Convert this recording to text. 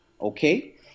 Okay